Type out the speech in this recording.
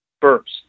first